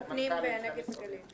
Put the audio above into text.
כמו פנים ונגב וגליל.